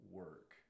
work